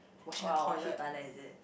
!wow! washing toilet is it